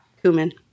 cumin